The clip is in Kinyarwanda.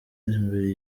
imbere